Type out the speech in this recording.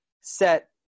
set